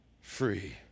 free